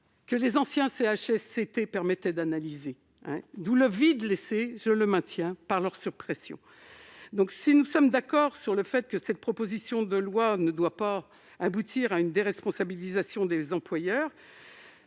que les anciens CHSCT permettaient d'analyser, d'où le vide laissé par leur suppression. Si nous sommes d'accord sur le fait que cette proposition de loi ne doit pas aboutir à une déresponsabilisation des employeurs,